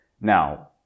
Now